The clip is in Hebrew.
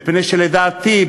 מפני שלדעתי,